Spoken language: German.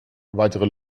weitere